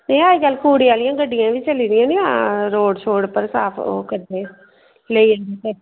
नि अज्जकल कूड़े आह्लियां गड्डियां बी चली दियां न रोड शोड पर साफ ओह् करदे